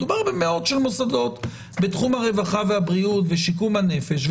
מדובר במאות של מוסדות בתחום הרווחה והבריאות ושיקום הנפש,